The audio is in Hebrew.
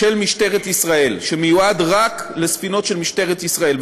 של משטרת ישראל שמיועד רק לספינות של משטרת ישראל.